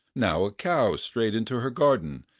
now a cow strayed into her garden,